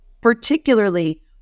particularly